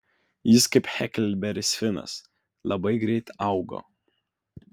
jis kaip heklberis finas labai greit augo